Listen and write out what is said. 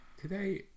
Today